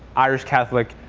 irish catholic,